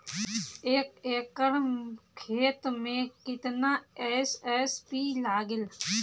एक एकड़ खेत मे कितना एस.एस.पी लागिल?